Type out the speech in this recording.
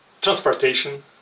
transportation